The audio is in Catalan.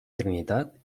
trinitat